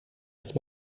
ist